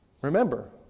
Remember